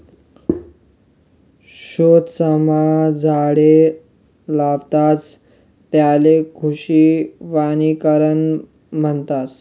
शेतसमा झाडे लावतस त्याले कृषी वनीकरण म्हणतस